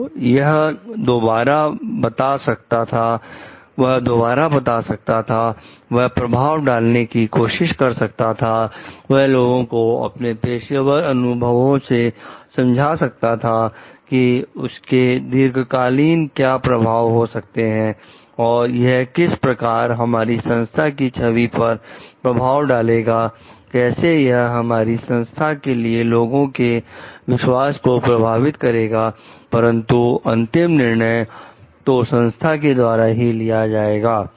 तो वह दोबारा बता सकता था वह प्रभाव डलवाने की कोशिश कर सकता था वह लोगों को अपने पेशेवर अनुभवों से समझा सकता था कि इसके दीर्घकालीन क्या प्रभाव हो सकते हैं और यह किस प्रकार हमारी संस्था की छवि पर प्रभाव डालेगा कैसे यह हमारी संस्था के लिए लोगों के विश्वास को प्रभावित करेगा परंतु अंतिम निर्णय तो संस्था के द्वारा ही लिया जाएगा